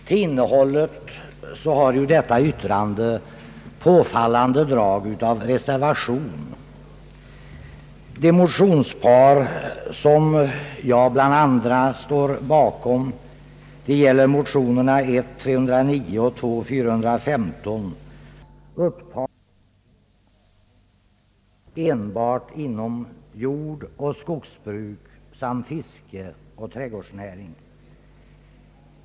Till innehållet har yttrandet påfallande drag av reservation. Motionerna 1: 309 och II: 415 upptar yrkande om befrielse från fordonsskatt för traktorer som användes enbart inom jordoch skogsbruk samt fiske och trädgårdsnäring.